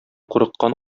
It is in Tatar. курыккан